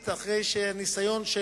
לציון.